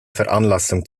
veranlassung